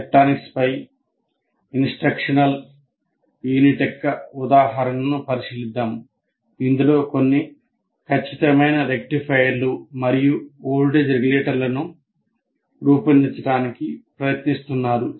electronics పై instructional unit యొక్క ఉదాహరణను పరిశీలిద్దాం ఇందులో కొన్ని ఖచ్చితమైన రెక్టిఫైయర్లు మరియు వోల్టేజ్ రెగ్యులేటర్లను రూపొందించడానికి ప్రయత్నిస్తున్నారు